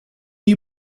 you